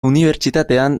unibertsitatean